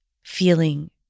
feeling